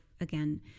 again